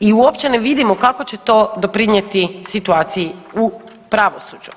i uopće ne vidimo kako će to doprinjeti situaciji u pravosuđu.